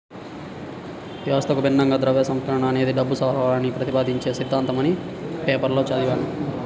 వ్యవస్థకు భిన్నంగా ద్రవ్య సంస్కరణ అనేది డబ్బు సరఫరాని ప్రతిపాదించే సిద్ధాంతమని పేపర్లో చదివాను